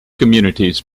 communities